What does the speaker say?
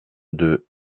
deux